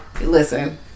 Listen